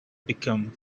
become